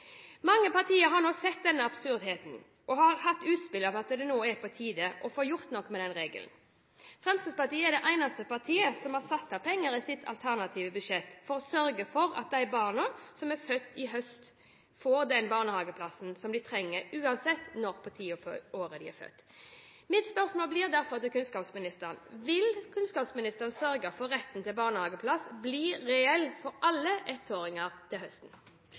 Mange partier har nå sett det absurde i dette og har hatt utspill om at det er på tide å få gjort noe med denne regelen. Fremskrittspartiet er det eneste partiet som har satt av penger i sitt alternative budsjett til å sørge for at de barna som er født i høst, får den barnehageplassen de trenger, uansett når de er født. Mitt spørsmål til kunnskapsministeren blir derfor: Vil kunnskapsministeren sørge for at retten til barnehageplass blir reell for alle ettåringer til høsten?